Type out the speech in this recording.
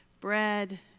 bread